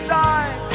die